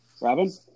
Robin